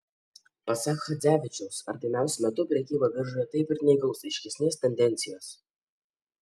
pasak chadzevičiaus artimiausiu metu prekyba biržoje taip ir neįgaus aiškesnės tendencijos